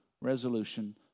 resolution